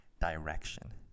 Direction